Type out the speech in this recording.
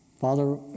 Father